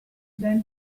then